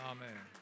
Amen